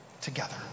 together